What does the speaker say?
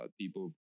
people